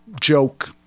joke